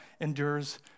endures